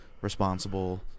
responsible